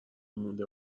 مونده